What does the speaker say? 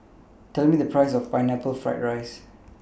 Tell Me The Price of Pineapple Fried Rice